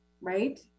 Right